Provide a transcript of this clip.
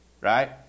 Right